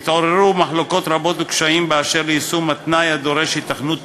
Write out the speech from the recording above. התעוררו מחלוקות רבות וקשיים אשר ליישום התנאי הדורש היתכנות תכנונית.